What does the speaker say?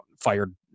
fired